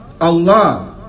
Allah